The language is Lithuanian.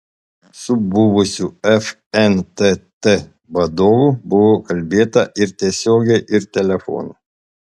su buvusiu fntt vadovu buvo kalbėta ir tiesiogiai ir telefonu